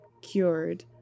cured